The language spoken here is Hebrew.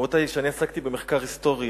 אדוני היושב-ראש,